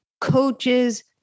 coaches